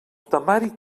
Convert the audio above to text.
temari